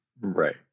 Right